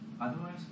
Otherwise